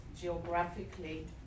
geographically